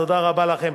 תודה רבה לכם,